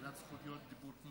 אנחנו